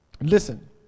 listen